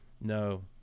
No